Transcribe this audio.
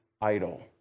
idle